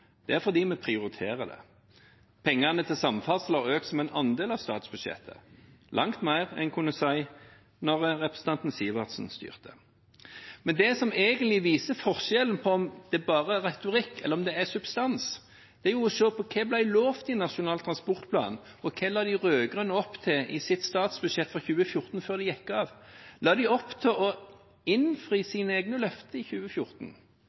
Det er fordi vi prioriterer det. Pengene til samferdsel har økt som en andel av statsbudsjettet, langt mer enn en kunne si da representanten Sivertsens parti styrte. Men det som egentlig viser forskjellen på om det bare er retorikk, eller om det er substans, er å se på hva som ble lovet i Nasjonal transportplan, og hva de rød-grønne la opp til i sitt statsbudsjett for 2014 før de gikk av. La de opp til å innfri sine egne løfter i 2014?